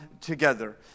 together